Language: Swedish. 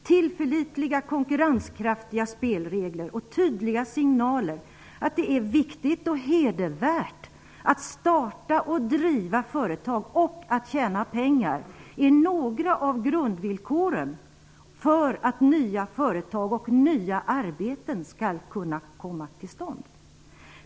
Tillförlitliga konkurrenskraftiga spelregler och tydliga signaler om att det är viktigt och hedervärt att starta och driva företag och att tjäna pengar är några av grundvillkoren för att nya företag och nya arbeten skall kunna komma till stånd.